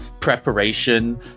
preparation